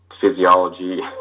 physiology